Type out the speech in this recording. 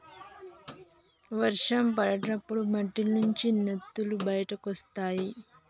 వర్షం పడ్డప్పుడు మట్టిలోంచి నత్తలు బయటకొస్తయ్